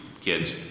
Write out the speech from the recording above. kids